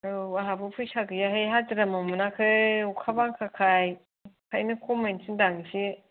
औ आंहाबो फैसा गैयाहाय हाजिरामावनो मोनाखै अखा बांखाखाय ओंखायनो खमायनो थिन्दां एसे